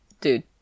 dude